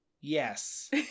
Yes